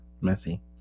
Messy